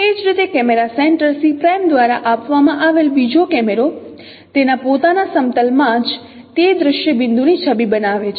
એ જ રીતે camera centre દ્વારા આપવામાં આવેલ બીજો કેમેરો તેના પોતાના સમતલ માં જ તે દ્રશ્ય બિંદુની છબી બનાવે છે